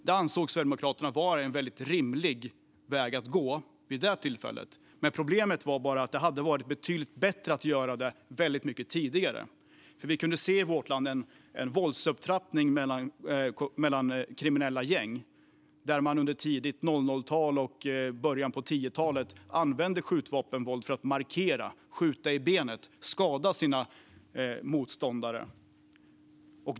Det ansåg Sverigedemokraterna vara en väldigt rimlig väg att gå vid det tillfället. Problemet var bara att det hade varit betydligt bättre att göra det väldigt mycket tidigare. Vi kunde i vårt land se en våldsupptrappning mellan kriminella gäng under 00-talet och i början av 10-talet. Man använde då skjutvapenvåld för att markera - skjuta i benet och skada sina motståndare.